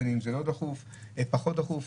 בין אם זה פחות דחוף,